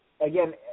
again